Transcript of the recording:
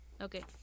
Okay